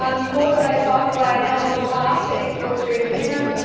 um the moreton bay cycleway at elanora park to export street in wynnum,